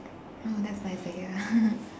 oh that's nice to hear